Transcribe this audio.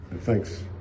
Thanks